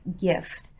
gift